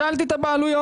שאלתי אותם.